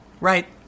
right